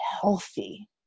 healthy